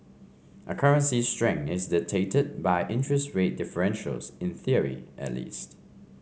a currency's strength is dictated by interest rate differentials in theory at least